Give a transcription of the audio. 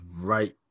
right